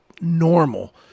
normal